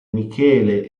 michele